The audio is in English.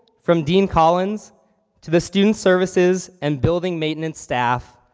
from dean collins to the student services, and building maintenance staff,